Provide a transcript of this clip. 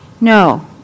No